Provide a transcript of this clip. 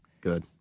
Good